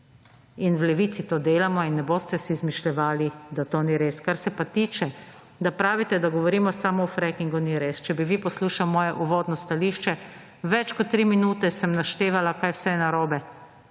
In v Levici to delamo in ne boste si izmišljevali, da to ni res. Kar se pa tiče, da pravite, da govorimo samo o frackingu, ni res. Če bi vi poslušal mojo uvodno stališče, več kot tri minute sem naštevala kaj vse je narobe